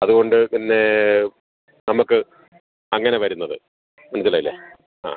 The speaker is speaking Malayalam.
അതുകൊണ്ട് പിന്നെ നമുക്ക് അങ്ങനെ വരുന്നത് മനസ്സിലായില്ലേ ആ